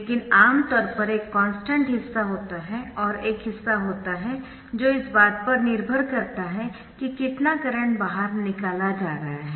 लेकिन आमतौर पर एक कॉन्स्टन्ट हिस्सा होता है और एक हिस्सा होता है जो इस बात पर निर्भर करता है कि कितना करंट बाहर निकाला जा रहा है